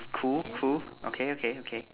cool cool okay okay okay